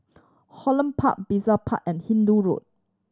Holland Park Brizay Park and Hindoo Road